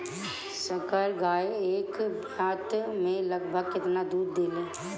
संकर गाय एक ब्यात में लगभग केतना दूध देले?